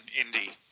Indy